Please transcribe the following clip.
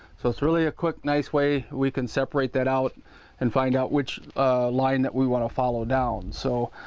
so it's really a quick nice way we can separate that out and find out which line that we want to follow down so.